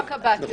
לא הקב"ט.